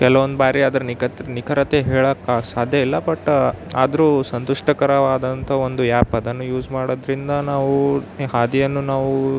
ಕೆಲವೊಂದು ಬಾರಿ ಅದ್ರ ನಿಕತ್ ನಿಖರತೆ ಹೇಳಕ್ಕೆ ಸಾಧ್ಯ ಇಲ್ಲ ಬಟ್ ಆದರೂ ಸಂತುಷ್ಟಕರವಾದಂಥ ಒಂದು ಯಾಪ್ ಅದನ್ನು ಯೂಸ್ ಮಾಡೋದರಿಂದ ನಾವು ಹಾದಿಯನ್ನು ನಾವು